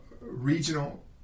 regional